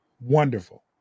wonderful